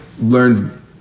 learned